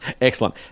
excellent